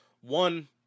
one